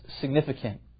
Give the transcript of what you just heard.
significant